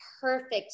perfect